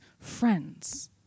Friends